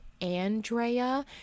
Andrea